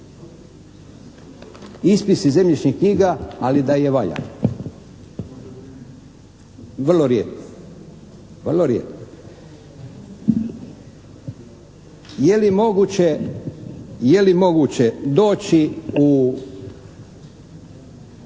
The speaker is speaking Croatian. ispis iz zemljišnih knjiga, ali da je valjan. Vrlo rijetko. Je li moguće doći u